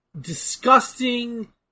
disgusting